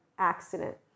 accident